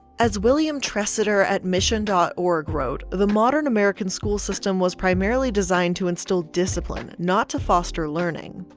as william treseder at mission dot org wrote, the modern american school system was primarily designed to instill discipline, not to foster learning.